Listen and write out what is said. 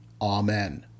Amen